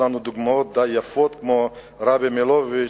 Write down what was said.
דוגמאות די יפות, כמו הרבי מלובביץ'